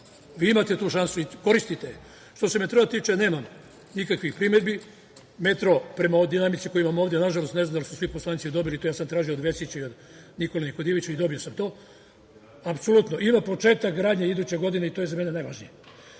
Vi imate tu šansu i koristite je. Što se metroa tiče, nemam nikakvih primedbi. Metro, prema dinamici koju imamo ovde, nažalost, ne znam da li su svi poslanici dobili to, ja sam tražio od Vesića i od Nikole Nikodijevića i dobio sam to, apsolutno ima početak gradnje iduće godine i to je za mene najvažnije. Jedna